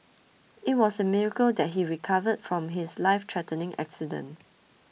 it was a miracle that he recovered from his lifethreatening accident